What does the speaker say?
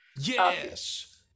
Yes